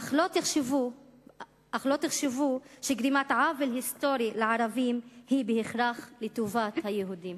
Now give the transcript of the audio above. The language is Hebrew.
אך אל תחשבו שגרימת עוול היסטורי לערבים היא בהכרח לטובת היהודים.